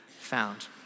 found